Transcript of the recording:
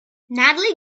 natalie